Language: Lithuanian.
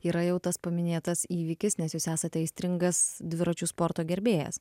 yra jau tas paminėtas įvykis nes jūs esate aistringas dviračių sporto gerbėjas